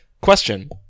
Question